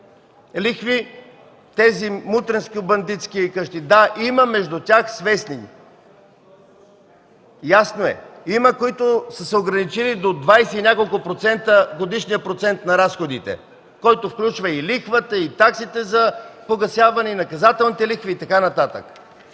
лихви тези мутренско-бандитски къщи. Да, между тях има свестни, ясно е, има, които са се ограничили до двадесет и няколко процента годишният процент на разходите, който включва и лихвата, и таксите за погасяване, и наказателните лихви, и така нататък,